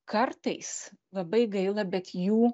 kartais labai gaila bet jų